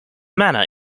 manner